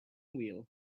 wheel